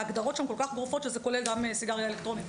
ההגדרות שם כל כך גורפות שזה כולל גם סיגריה אלקטרונית,